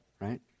right